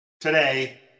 today